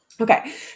Okay